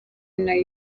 nayo